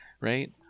right